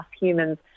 humans